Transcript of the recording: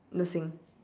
nursing